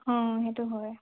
অঁ সেইটো হয়